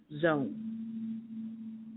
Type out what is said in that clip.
zone